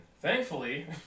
thankfully